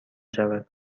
شود